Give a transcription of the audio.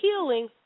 healing